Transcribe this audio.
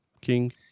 king